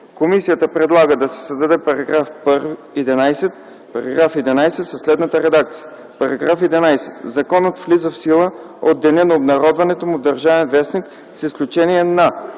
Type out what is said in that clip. Комисията предлага да се създаде § 11 със следната редакция: „§ 11. Законът влиза в сила от деня на обнародването му в „Държавен вестник” с изключение на: